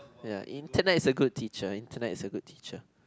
ya internet is a good teacher internet is a good teacher